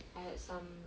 I had some